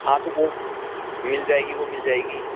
हाँ तो वो मिल जाएगी वो मिल जाएगी